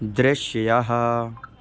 दृश्यः